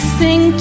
sing